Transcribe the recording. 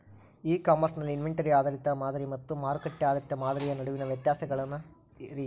E commerce ನಲ್ಲಿ inventory ಆಧಾರಿತ ಮಾದರಿ ಮತ್ತ ಮಾರುಕಟ್ಟೆ ಆಧಾರಿತ ಮಾದರಿಯ ನಡುವಿನ ವ್ಯತ್ಯಾಸಗಳೇನ ರೇ?